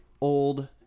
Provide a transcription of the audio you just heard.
old